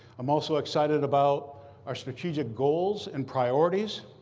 i'm also excited about our strategic goals and priorities.